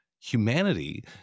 humanity